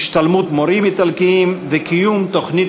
השתלמות מורים איטלקים וקיום תוכניות